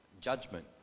judgment